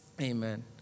Amen